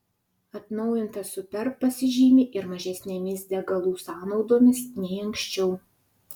atnaujintas superb pasižymi ir mažesnėmis degalų sąnaudomis nei anksčiau